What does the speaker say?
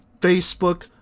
facebook